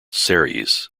ceres